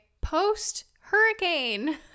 post-hurricane